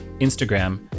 Instagram